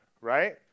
right